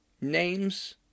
names